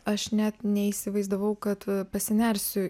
aš net neįsivaizdavau kad pasinersiu